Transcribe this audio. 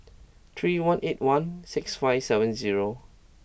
three one eight one six five seven zero